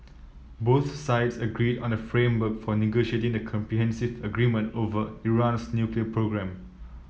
both sides agreed on the framework for negotiating the comprehensive agreement over Iran's nuclear programme